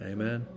Amen